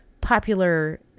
popular